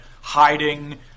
hiding